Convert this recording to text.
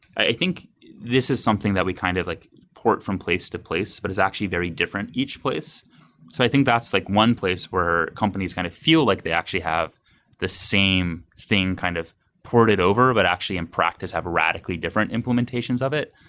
i think this is something that we kind of like port from place to place, but is actually very different each place. so i think that's like one place where companies kind of feel like they actually have the same thing kind of ported over, but actually in practice have radically different implementations of it.